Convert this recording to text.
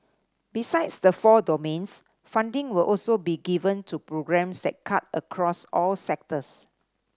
besides the four domains funding will also be given to programmes that cut across all sectors